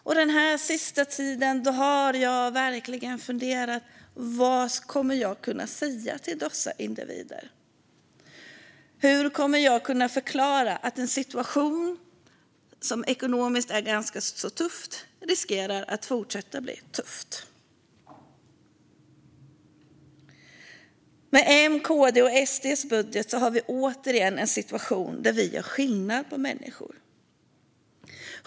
Under den senaste tiden har jag verkligen funderat över vad jag kommer att kunna säga till dessa individer. Hur kommer jag att kunna förklara att en situation som ekonomiskt är ganska tuff riskerar att fortsätta bli tuff? Med M:s, KD:s och SD:s budget har vi återigen en situation där vi gör skillnad på människor.